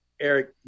Eric